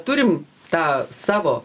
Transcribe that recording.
turim tą savo